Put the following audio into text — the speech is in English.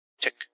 tick